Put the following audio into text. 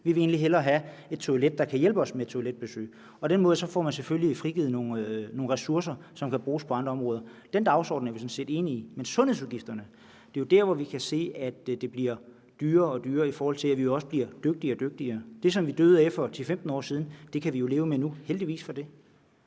vi vil egentlig hellere have et toilet, der kan hjælpe os med toiletbesøg. På den måde får man selvfølgelig frigivet nogle ressourcer, som kan bruges på andre områder. Den dagsorden er vi sådan set enige i. Men sundhedsudgifterne er jo der, hvor vi kan se, at det bliver dyrere og dyrere, i forbindelse med at vi også bliver dygtigere og dygtigere. Det, som vi døde af for 10-15 år siden, kan vi jo leve med nu – heldigvis for det.